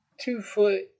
Two-foot